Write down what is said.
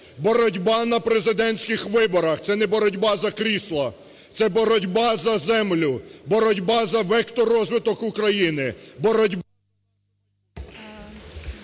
Боротьба на президентських виборах – це не боротьба за крісло, це боротьба за землю, боротьба за вектор розвитку України,